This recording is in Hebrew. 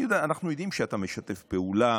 אני יודע, אנחנו יודעים שאתה משתף פעולה